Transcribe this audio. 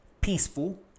peaceful